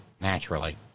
naturally